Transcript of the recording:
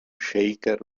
shaker